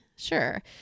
Sure